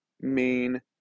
main